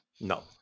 No